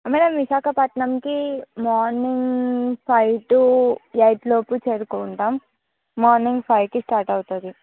madam విశాఖపట్నంకి morning five to eight లోపుకి చేరుకుంటాం మార్నింగ్ ఫైవ్కి స్టార్ట్ అవుతుంది